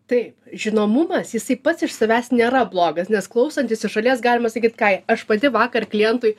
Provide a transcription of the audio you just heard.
taip žinomumas jisai pats iš savęs nėra blogas nes klausantis iš šalies galima sakyt ką aš pati vakar klientui